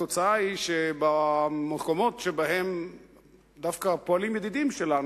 התוצאה היא שבמקומות שבהם דווקא פועלים ידידים שלנו,